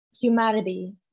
humanity